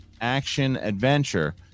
Action-adventure